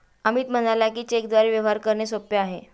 अमित म्हणाला की, चेकद्वारे व्यवहार करणे सोपे आहे